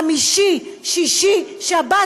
בחמישי-שישי-שבת,